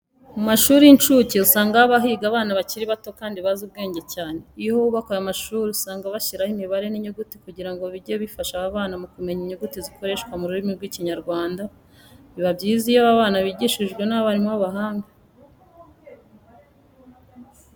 Mu mashuri y'incuke usanga haba higa abana bakiri bato kandi bazi ubwenge cyane. Iyo hubakwa aya mashuri usanga bashyiraho imibare n'inyuguti kugira ngo bijye bifasha aba bana kumenya inyuguti zikoreshwa mu rurimi rw'Ikinyarwanda. Biba byiza iyo abana bigishijwe n'abarimu b'abahanga.